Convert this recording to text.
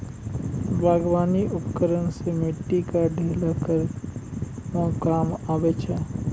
बागबानी उपकरन सें मिट्टी क ढीला करै म काम आबै छै